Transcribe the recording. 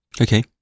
Okay